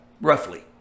roughly